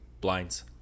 blinds